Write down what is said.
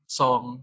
song